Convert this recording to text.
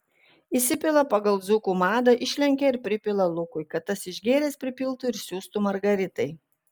įsipila pagal dzūkų madą išlenkia ir pripila lukui kad tas išgėręs pripiltų ir siųstų margaritai